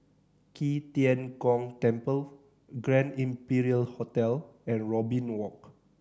Qi Tian Gong Temple Grand Imperial Hotel and Robin Walk